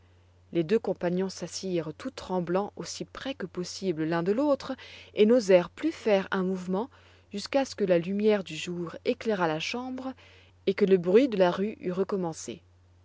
les deux compagnons s'assirent tout tremblants aussi près que possible l'un de l'autre et n'osèrent plus faire un mouvement jusqu'à ce que la lumière du jour éclairât la chambre et que la bruit de la rue eût recommencé